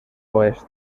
oest